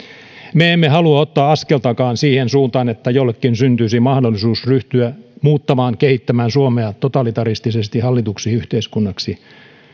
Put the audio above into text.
me emme halua ottaa askeltakaan siihen suuntaan että jollekin syntyisi mahdollisuus ryhtyä muuttamaan kehittämään suomea totalitaristisesti hallituksi yhteiskunnaksi